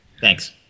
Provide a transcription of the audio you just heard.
Thanks